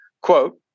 quote